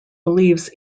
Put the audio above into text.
believes